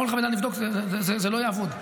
כל חבילה לבדוק זה לא יעבוד.